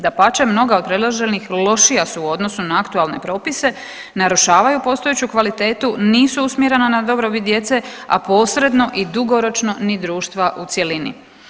Dapače, mnoga od predloženih lošija su u odnosu na aktualne propise, narušavaju postojeću kvalitetu, nisu usmjerena na dobrobit djece, a posredno i dugoročno ni društva u cjelini.